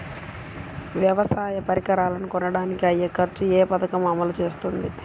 వ్యవసాయ పరికరాలను కొనడానికి అయ్యే ఖర్చు ఏ పదకము అమలు చేస్తుంది?